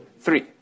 Three